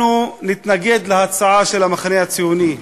אנחנו נתנגד להצעה של המחנה הציוני,